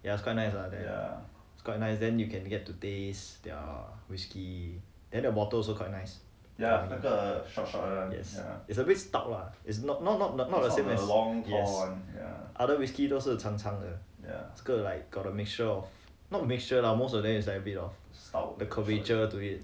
it is quite nice ah there is quite nice then you can get to taste their whisky then the bottle also quite nice yes is a bit stuck lah is not not not the same as yes other whisky 都是长长的这个 like got the mixture of not mixture lah most of them is like a bit of cowages to it